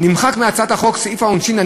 נמחק מהצעת החוק סעיף העונשין.